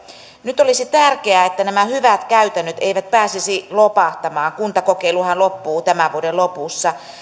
nyt olisi tärkeää että nämä hyvät käytännöt eivät pääsisi lopahtamaan kuntakokeiluhan loppuu tämän vuoden lopussa